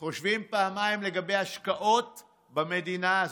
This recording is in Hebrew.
כבר חושבים פעמיים לגבי השקעות במדינה הזו,